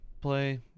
play